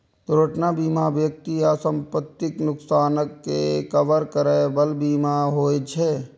दुर्घटना बीमा व्यक्ति आ संपत्तिक नुकसानक के कवर करै बला बीमा होइ छे